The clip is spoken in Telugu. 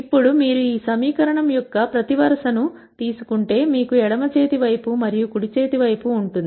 ఇప్పుడు మీరు ఈ సమీకరణం యొక్క ప్రతి వరుస ను తీసుకుంటే మీకు ఎడమ చేతి వైపు మరియు కుడి చేతి వైపు ఉంటుంది